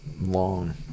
long